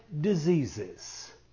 diseases